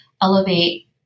elevate